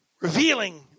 revealing